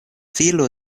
filo